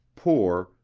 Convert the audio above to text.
poor,